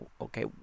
okay